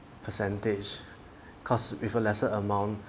percentage cause with a lesser amount